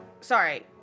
sorry